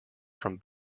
from